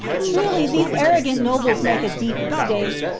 truly these arrogant nobles make a deep mistake.